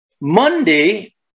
Monday